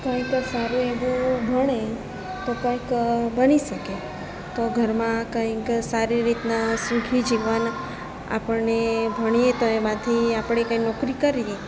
કંઈ તો સારું એવું ભણે તો કંઈક બની શકે તો ઘરમાં કંઈક સારી રીતના સુખી જીવન આપણને ભણીએ તો એમાંથી આપણે કાંઈક નોકરી કરીએ